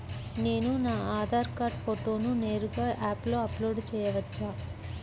నేను నా ఆధార్ కార్డ్ ఫోటోను నేరుగా యాప్లో అప్లోడ్ చేయవచ్చా?